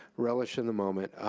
relish in the moment,